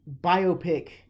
biopic